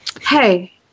Hey